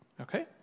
Okay